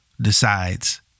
decides